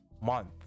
month